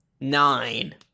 nine